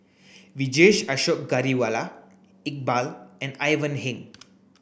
Vijesh Ashok Ghariwala Iqbal and Ivan Heng